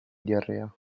diarrea